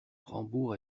rambourg